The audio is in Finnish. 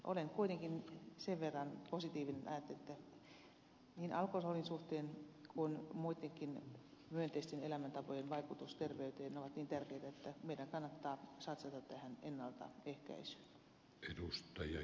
olen kuitenkin sen verran positiivinen että ajattelen että sekä alkoholin että myös myönteisten elämäntapojen vaikutus terveyteen ovat niin tärkeitä että meidän kannattaa satsata tähän ennaltaehkäisyyn